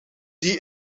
die